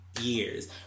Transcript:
Years